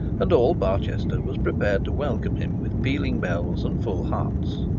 and all barchester was prepared to welcome him with pealing bells and full hearts.